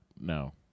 No